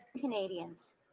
Canadians